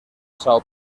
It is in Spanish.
são